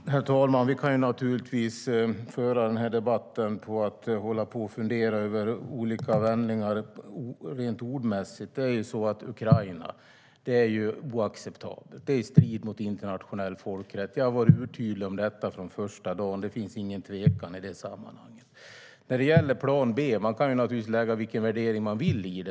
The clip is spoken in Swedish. Herr talman! Vi kan naturligtvis föra den här debatten genom att hålla på och fundera över olika ordvändningar. Men det som hänt i Ukraina är oacceptabelt. Det står i strid med internationell folkrätt. Jag har varit urtydlig om detta från första dagen. Det finns ingen tvekan i det sammanhanget. Detta med plan B kan man naturligtvis lägga vilken värdering man vill i.